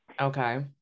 Okay